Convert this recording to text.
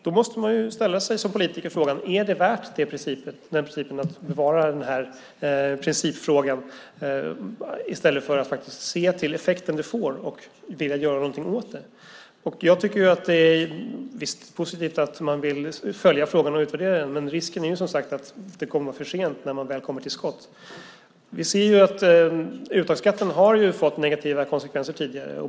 Då måste man som politiker ställa sig frågan: Är det värt att bevara den här principen i stället för att se till den effekt den får och vilja göra någonting åt det? Visst, det är positivt att man vill följa frågan och utvärdera den, men risken är som sagt att det kommer att vara för sent när man väl kommer till skott. Vi ser att uttagsskatten har fått negativa konsekvenser tidigare.